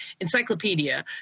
encyclopedia